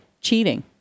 cheating